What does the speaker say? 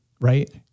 right